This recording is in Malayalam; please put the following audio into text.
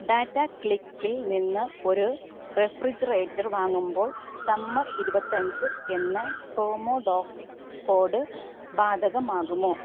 ടാറ്റ ക്ലിക്കിൽ നിന്ന് ഒരു റെഫ്രിജറേറ്റർ വാങ്ങുമ്പോൾ സമ്മർ ഇരുപത്തി അഞ്ച് എന്ന പ്രൊമോ കോഡ് ബാധകമാകുമോ